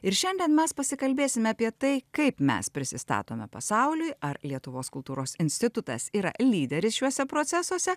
ir šiandien mes pasikalbėsime apie tai kaip mes prisistatome pasauliui ar lietuvos kultūros institutas yra lyderis šiuose procesuose